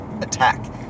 attack